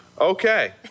Okay